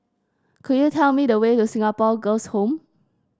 could you tell me the way to Singapore Girls' Home